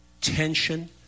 tension